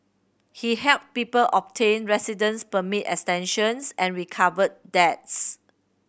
he helped people obtain residence permit extensions and recovered debts